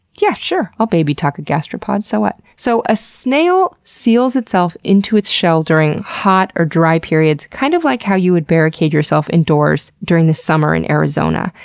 yeah sure, i'll baby-talk a gastropod. so what? so a snail seals itself into its shell during hot or dry periods, kind of like how you would barricade yourself indoors during the summer in arizona,